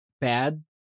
bad